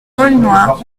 aulnois